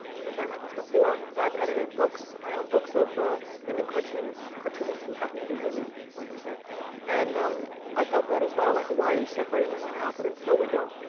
we were talking about this before cause i've edited books, my own books of ah women cartoonists, cartoonists who happen to be women i like to say and um i felt that as well, like why are you separating women out but until we don't,